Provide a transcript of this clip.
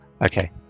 Okay